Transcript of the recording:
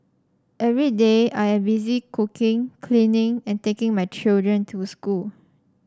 every day I am busy cooking cleaning and taking my children to school